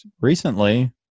recently